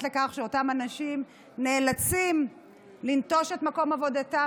לכך שאותם אנשים נאלצים לנטוש את מקום עבודתם,